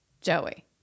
Joey